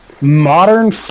modern